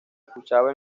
escuchaba